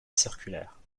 circulaire